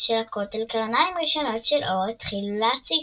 של הכותל, קרניים ראשונות של אור התחילו להציץ.